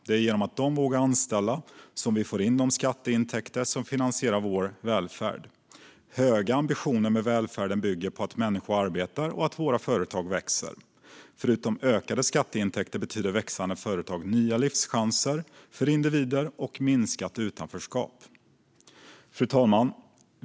Det är genom att de vågar anställa som vi får in de skatteintäkter som finansierar vår välfärd. Höga ambitioner med välfärden bygger på att människor arbetar och att våra företag växer. Förutom ökade skatteintäkter betyder växande företag nya livschanser för individer och minskat utanförskap. Fru talman!